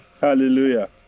Hallelujah